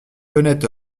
honnête